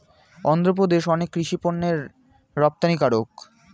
অন্ধ্রপ্রদেশ অনেক কৃষি পণ্যের রপ্তানিকারক